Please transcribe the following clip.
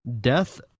Death